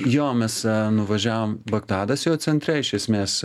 jo mes nuvažiavom bagdadas jau centre iš esmės